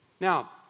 Now